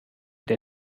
der